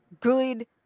good